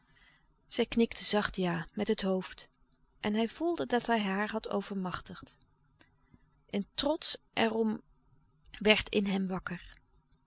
zij knikte zacht ja met het hoofd en hij voelde dat hij haar had overmachtigd een trots er om werd in hem wakker